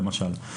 למשל,